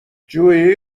جویی